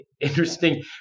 interesting